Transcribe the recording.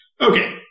Okay